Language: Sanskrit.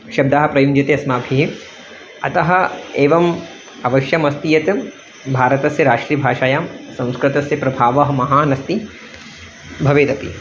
शब्दाः प्रयुञ्यते अस्माभिः अतः एवम् अवश्यमस्ति यत् भारतस्य राष्ट्रिभाषायां संस्कृतस्य प्रभावः महान् अस्ति भवेदपि